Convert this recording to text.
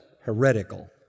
heretical